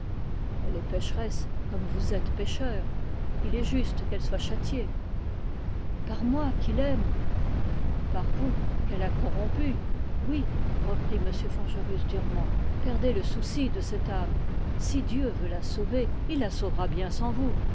elle est pécheresse comme vous êtes pécheur il est juste qu'elle soit châtiée par moi qui l'aime par vous qu'elle a corrompu oui reprit m forgerus durement perdez le souci de cette âme si dieu veut la sauver il la sauvera bien sans vous